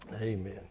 Amen